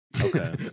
Okay